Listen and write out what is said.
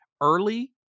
early